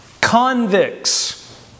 convicts